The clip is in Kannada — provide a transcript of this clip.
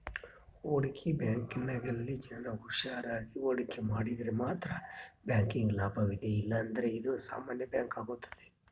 ಹೂಡಿಕೆ ಬ್ಯಾಂಕಿಂಗ್ನಲ್ಲಿ ಜನ ಷೇರಿನಾಗ ಹೂಡಿಕೆ ಮಾಡಿದರೆ ಮಾತ್ರ ಬ್ಯಾಂಕಿಗೆ ಲಾಭವಿದೆ ಇಲ್ಲಂದ್ರ ಇದು ಸಾಮಾನ್ಯ ಬ್ಯಾಂಕಾಗುತ್ತದೆ